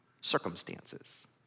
circumstances